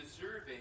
deserving